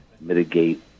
mitigate